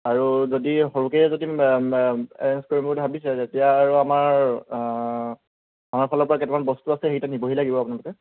আৰু যদি সৰুকৈয়ে যদি এৰেঞ্জ কৰোঁ বুলি ভাবিছে তেতিয়া আৰু আমাৰ আমাৰফালৰপৰা কেইটামান বস্তু আছে সেইকেইটা নিবহি লাগিব আপোনালোকে